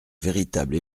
véritable